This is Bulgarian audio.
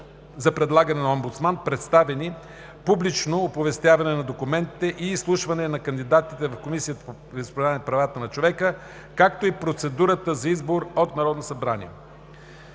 за предлагане на омбудсман, представяне, публично оповестяване на документите и изслушване на кандидатите в Комисията по вероизповеданията и правата на човека, както и процедурата за избор от Народното събрание.